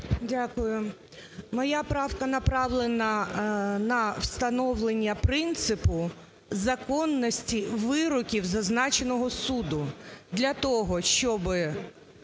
Дякую. Моя правка направлена на встановлення принципу законності вироків зазначеного суду, для того щоб